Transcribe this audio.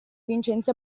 vincenzi